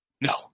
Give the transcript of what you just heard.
No